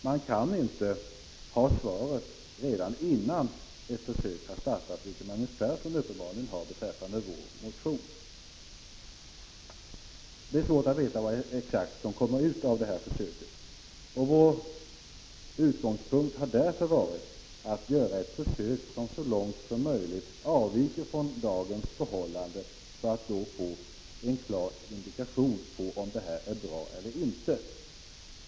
Man kan inte ha svaret redan innan ett försök har startat, vilket Magnus Persson uppenbarligen menar sig ha beträffande vår motion. Det är svårt att veta exakt vad som kommer ut av detta försök. Vår utgångspunkt har därför varit att göra ett försök som så långt som möjligt avviker från dagens förhållande för att då få en klar indikation på om detta är bra eller inte.